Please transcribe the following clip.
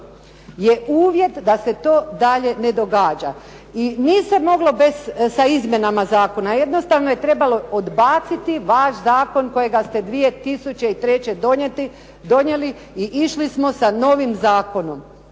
je uvjet da se to dalje ne događa. I nije se moglo bez izmjena zakona, jednostavno je trebalo odbaciti vaš zakon kojega ste 2003. donijeli i išli smo sa novim zakonom,